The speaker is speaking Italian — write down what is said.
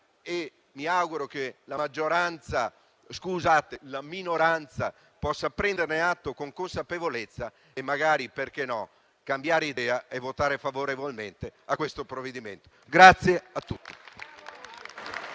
e mi auguro che anche la minoranza possa prenderne atto con consapevolezza e magari, perché no, cambiare idea e votare favorevolmente su questo provvedimento.